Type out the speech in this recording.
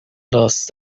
کلاس